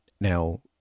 Now